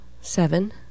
Seven